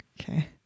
Okay